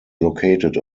located